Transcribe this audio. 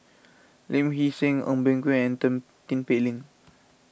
Lee Hee Seng Eng Boh Kee and Tin Pei Ling